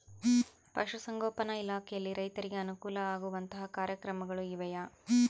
ಪಶುಸಂಗೋಪನಾ ಇಲಾಖೆಯಲ್ಲಿ ರೈತರಿಗೆ ಅನುಕೂಲ ಆಗುವಂತಹ ಕಾರ್ಯಕ್ರಮಗಳು ಇವೆಯಾ?